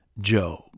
Job